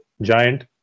giant